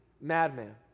madman